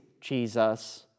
Jesus